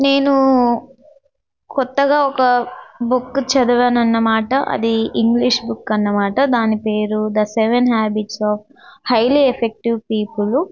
నేను కొత్తగా ఒక బుక్ చదివానన్నమాట అది ఇంగ్లీష్ బుక్ అనమాట దాని పేరు the seven habits of highly effective పీపులు